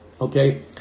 Okay